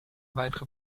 weitere